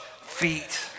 feet